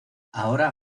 ahora